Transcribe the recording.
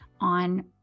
on